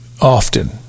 often